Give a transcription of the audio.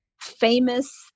famous